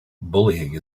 bullying